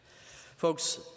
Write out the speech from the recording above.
Folks